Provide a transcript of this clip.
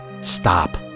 stop